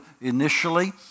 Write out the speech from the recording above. initially